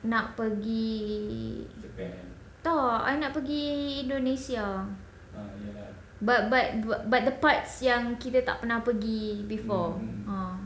nak pergi tak I nak pergi indonesia but but but the parts yang kita tak pergi before ah